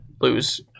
lose